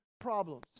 problems